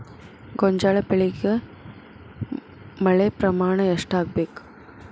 ಗೋಂಜಾಳ ಬೆಳಿಗೆ ಮಳೆ ಪ್ರಮಾಣ ಎಷ್ಟ್ ಆಗ್ಬೇಕ?